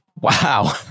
Wow